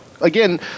again